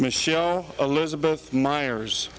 michelle elizabeth myers